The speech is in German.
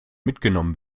mitgenommen